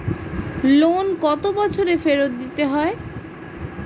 Loan কত বছরে ফেরত দিতে হয়?